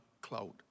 cloud